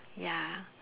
ya